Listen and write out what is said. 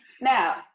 Now